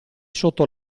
sotto